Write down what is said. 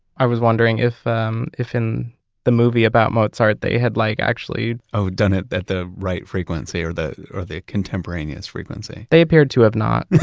i was wondering if um if in the movie about mozart, they had like actually, oh, done it at the right frequency or the or the contemporaneous frequency they appeared to have not